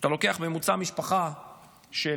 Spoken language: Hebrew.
כשאתה לוקח ממוצע על משפחה של